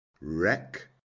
wreck